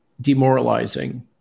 demoralizing